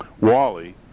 Wally